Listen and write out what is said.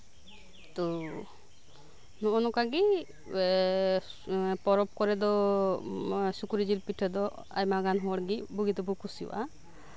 ᱛᱳ ᱱᱚᱜᱼᱚ ᱱᱚᱝᱠᱟᱜᱮ ᱯᱚᱨᱚᱵᱽ ᱠᱚᱨᱮᱫᱚ ᱥᱩᱠᱨᱤ ᱡᱤᱞ ᱯᱤᱴᱷᱟᱹ ᱫᱚ ᱟᱭᱢᱟ ᱜᱟᱱ ᱦᱚᱲᱜᱮ ᱵᱩᱜᱤ ᱛᱮᱠᱚ ᱠᱩᱥᱤᱭᱟᱜᱼᱟ